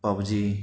PUBG